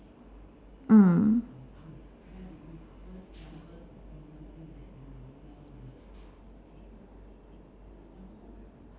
mm